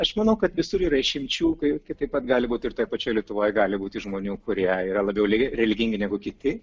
aš manau kad visur yra išimčių kai taip pat gali būti ir toj pačioj lietuvoj gali būti žmonių kurie yra labiau li religingi negu kiti